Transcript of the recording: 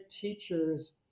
teachers